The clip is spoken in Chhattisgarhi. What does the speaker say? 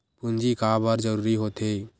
पूंजी का बार जरूरी हो थे?